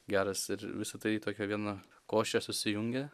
geras ir visa tai į tokią vieną košę susijungia